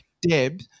deb